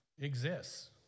exists